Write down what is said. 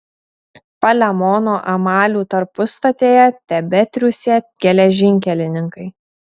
palemono amalių tarpustotėje tebetriūsė geležinkelininkai